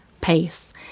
pace